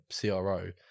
CRO